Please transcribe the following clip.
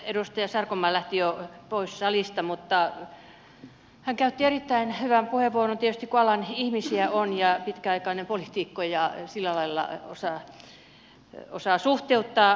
edustaja sarkomaa lähti jo pois salista mutta hän käytti erittäin hyvän puheenvuoron tietysti kun alan ihmisiä on ja pitkäaikainen poliitikko ja sillä lailla osaa suhteuttaa asioita